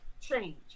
change